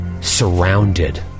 Surrounded